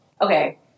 okay